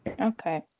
Okay